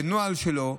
בנוהל שלו,